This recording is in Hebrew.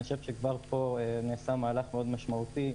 אני חושב שכבר פה נעשה מהלך מאוד משמעותי,